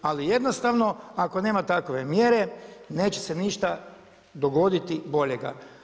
Ali jednostavno ako nema takve mjere neće se ništa dogoditi boljega.